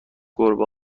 گربه